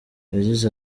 yagize